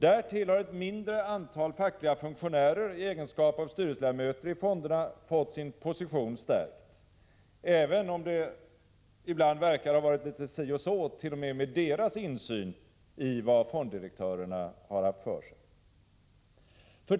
Därtill har ett mindre antal fackliga funktionärer i egenskap av styrelseledamöter i fonderna fått sin position stärkt, även om det ibland verkar ha varit litet si och så t.o.m. med deras insyn i vad fonddirektörerna har haft för sig.